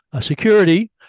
Security